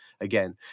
again